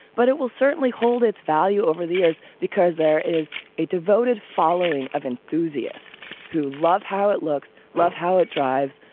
but it will certainly hold its value over the years because there is a devoted following of enthusiasts who love how it looks. love how it drives,